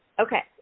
Okay